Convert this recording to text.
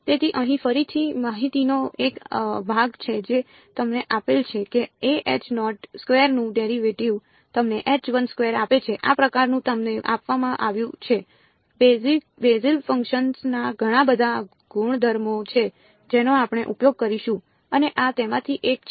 તેથી અહીં ફરીથી માહિતીનો એક ભાગ છે જે તમને આપેલ છે કે a નું ડેરિવેટિવ તમને આપે છે આ પ્રકારનું તમને આપવામાં આવ્યું છે બેસેલ ફંક્શન્સ ના ઘણા બધા ગુણધર્મો છે જેનો આપણે ઉપયોગ કરીશું અને આ તેમાંથી એક છે